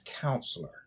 counselor